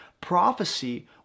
Prophecy